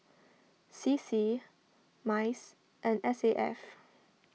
C C Mice and S A F